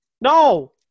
No